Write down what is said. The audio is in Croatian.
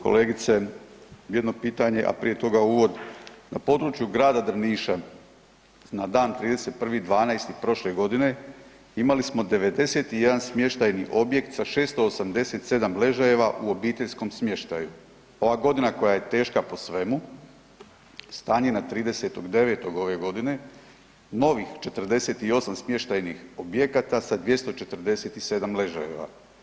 Kolegice jedno pitanje, a prije toga uvod, na području grada Drniša na dan 31.12. prošle godine imali smo 91 smještajni objekt sa 687 ležajeva u obiteljskom smještaju, ova godina koja je teška po svemu, stanje na 30.9. ove godine novih 48 smještajnih objekata sa 247 ležajeva.